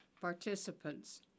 participants